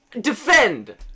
defend